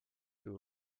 you